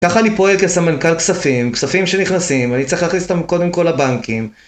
ככה אני פועל כסמנכ"ל כספים, כספים שנכנסים, אני צריך להכניס אותם קודם כל לבנקים.